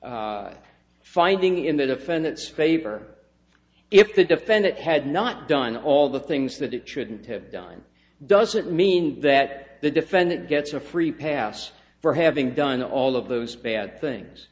for finding in the defendant's favor if the defendant had not done all the things that it shouldn't have done doesn't mean that the defendant gets a free pass for having done all of those bad things